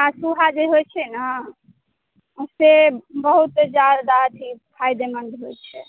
आ सूहा जे होइत छै ने हँ से बहुत ज्यादा अथी फायदेमन्द होइत छै